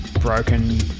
broken